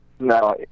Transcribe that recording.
No